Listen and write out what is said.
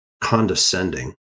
condescending